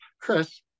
Chris